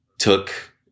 took